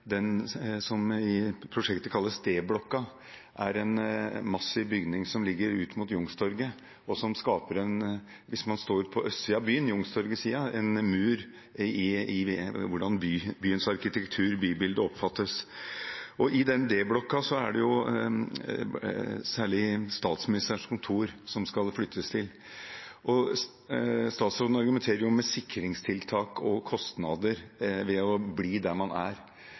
som i prosjektet kalles D-blokka. Det er en massiv bygning som ligger ut mot Youngstorget, og hvis man står på østsiden av byen, på Youngstorget-siden, skaper den en mur i hvordan byens arkitektur – bybildet – oppfattes. Det er særlig Statsministerens kontor som skal flyttes til D-blokka. Statsråden argumenterer med sikringstiltak og kostnader ved å bli der man er,